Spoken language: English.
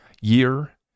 year